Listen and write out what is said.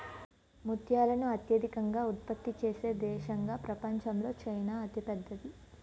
ముత్యాలను అత్యధికంగా ఉత్పత్తి చేసే దేశంగా ప్రపంచంలో చైనా అతిపెద్దది